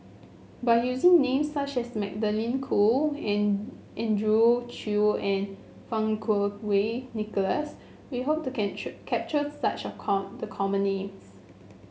by using names such as Magdalene Khoo and Andrew Chew and Fang Kuo Wei Nicholas we hope to capture such of core the common names